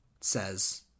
says